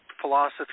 philosophy